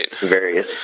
various